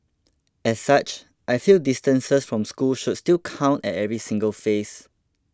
as such I feel distances from school should still count at every single phase